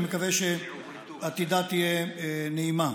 אני מקווה שעתידה יהיה נעים.